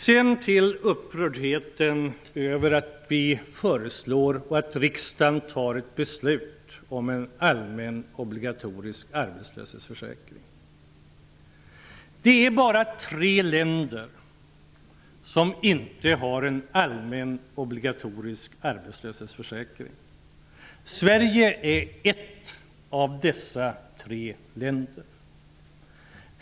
Sedan till upprördheten över att vi föreslår och riksdagen fattar beslut om en allmän, obligatorisk arbetslöshetsförsäkring. Det är bara tre länder som inte har en allmän, obligatorisk arbetslöshetsförsäkring. Sverige är ett av dessa tre länder.